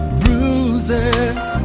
bruises